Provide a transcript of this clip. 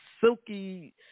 silky